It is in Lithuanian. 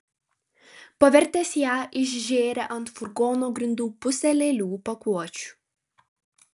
pavertęs ją išžėrė ant furgono grindų pusę lėlių pakuočių